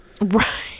Right